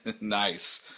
Nice